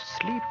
Sleep